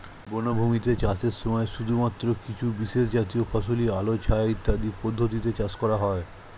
বনভূমিতে চাষের সময় শুধুমাত্র কিছু বিশেষজাতীয় ফসলই আলো ছায়া ইত্যাদি পদ্ধতিতে চাষ করা হয়